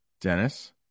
Dennis